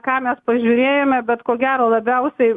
ką mes pažiūrėjome bet ko gero labiausiai